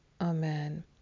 amen